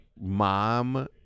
mom